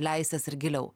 leisies ir giliau